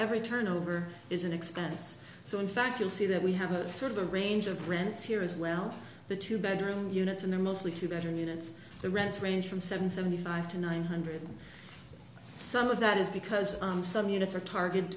every turnover is an expense so in fact you'll see that we have a sort of a range of grants here as well for the two bedroom units and they're mostly two bedroom units the rents range from seven seventy five to nine hundred and some of that is because on some